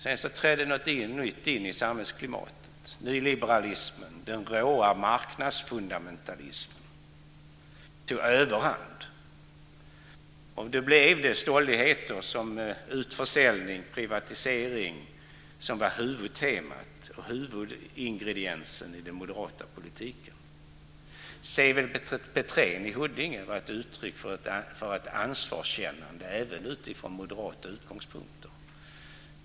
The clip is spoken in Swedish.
Sedan trädde något nytt in i samhällsklimatet. Nyliberalismen, den råa marknadsfundamentalismen, tog överhand. Då blev stolligheter som utförsäljning och privatisering huvudtemat och huvudingrediensen i den moderata politiken. Seved Petrén i Huddinge gav uttryck för ett ansvarskännande även utifrån moderata utgångspunkter.